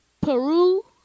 Peru